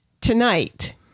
tonight